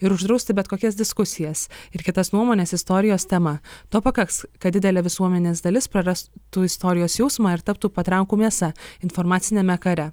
ir uždrausti bet kokias diskusijas ir kitas nuomones istorijos tema to pakaks kad didelė visuomenės dalis prarastų istorijos jausmą ir taptų patrankų mėsa informaciniame kare